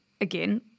again